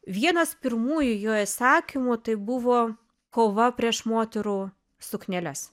vienas pirmųjų jo įsakymų tai buvo kova prieš moterų sukneles